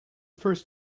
first